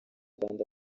kandi